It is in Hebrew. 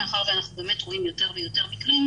מאחר שאנחנו רואים יותר ויותר מקרים,